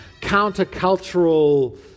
countercultural